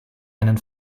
einen